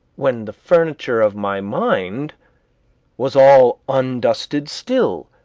when the furniture of my mind was all undusted still,